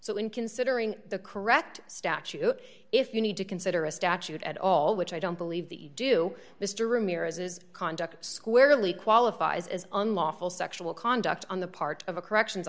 so in considering the correct statute if you need to consider a statute at all which i don't believe that you do mr ramirez's conduct squarely qualifies as unlawful sexual conduct on the part of a corrections